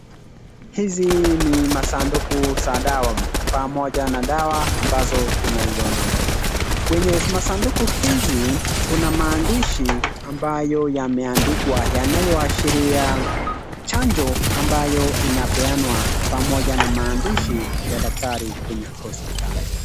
Hizi ni masanduku za dawa, pamoja na dawa ambazo tunaiona, kwenye masanduku hizi, kuna maandishi ambayo yameandikwa yanayoashiria chanjo ambayo inapeanwa pamoja na maandishi ya daktari kwenye hospitali.